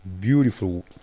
beautiful